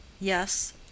Yes